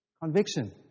conviction